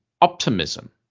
optimism